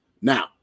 Now